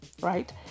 right